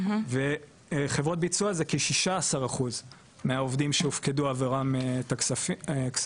וחברות ביצוע זה כ- 16% מהעובדים שהופקדו עבורם כספים